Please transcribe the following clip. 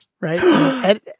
right